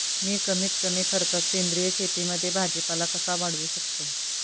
मी कमीत कमी खर्चात सेंद्रिय शेतीमध्ये भाजीपाला कसा वाढवू शकतो?